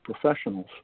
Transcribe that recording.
professionals